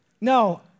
No